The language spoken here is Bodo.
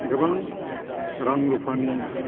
गोबां रां रुफानि